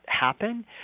happen